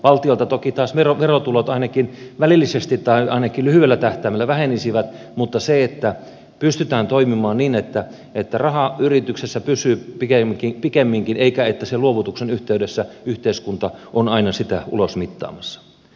valtiolta toki taas verotulot ainakin välillisesti tai ainakin lyhyellä tähtäimellä vähenisivät mutta on tärkeää että pystytään toimimaan niin että raha yrityksessä pysyy pikemminkin eikä niin että sen luovutuksen yhteydessä yhteiskunta on aina sitä ulosmittaamassa